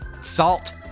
Salt